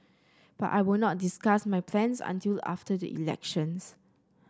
but I will not discuss my plans until after the elections